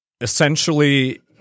essentially